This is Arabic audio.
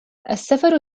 السفر